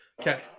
Okay